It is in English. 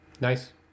Nice